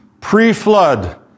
pre-flood